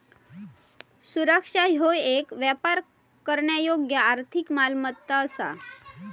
सुरक्षा ह्यो येक व्यापार करण्यायोग्य आर्थिक मालमत्ता असा